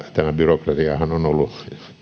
tämän byrokratiahan on on ollut